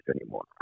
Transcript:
anymore